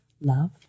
love